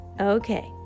Okay